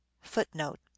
Footnote